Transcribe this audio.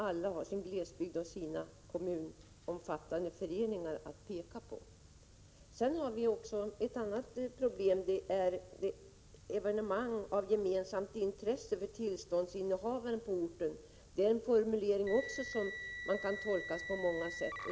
Alla har ju sin glesbygd och sina kommunomfattande föreningar att peka på. Sedan har vi också ett annat problem. Det gäller evenemang av gemensamt intresse för tillståndsinnehavare på orten. Det är en formulering som kan tolkas på många sätt.